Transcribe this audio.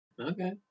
Okay